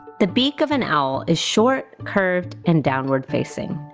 the beak of an owl is short, curved and downward-facing.